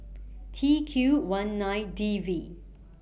T Q one nine D V